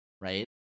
Right